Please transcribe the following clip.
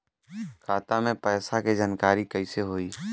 खाता मे पैसा के जानकारी कइसे होई?